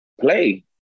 play